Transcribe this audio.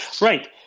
Right